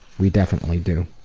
we definitely do.